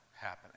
happening